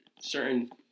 certain